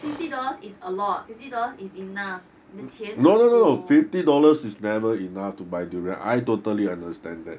fifty dollars is a lot fifty dollars is enough 你的钱很多